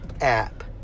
app